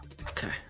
Okay